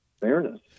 fairness